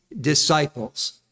disciples